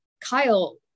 Kyle